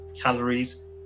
calories